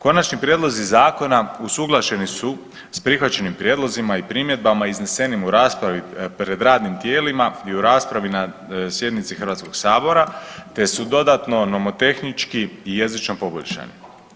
Konačni prijedlozi zakona usuglašeni su s prihvaćenim prijedlozima i primjedbama iznesenim u raspravi pred radnim tijelima i u raspravi na sjednici Hrvatskog sabora te su dodatno nomotehnički i jezično poboljšani.